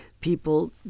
people